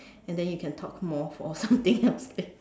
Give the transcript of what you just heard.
and then you can talk more for something else I think